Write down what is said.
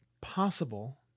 possible